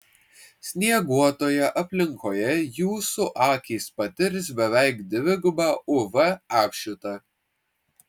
snieguotoje aplinkoje jūsų akys patirs beveik dvigubą uv apšvitą